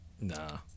nah